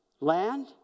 Land